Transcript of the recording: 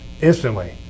instantly